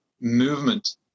movement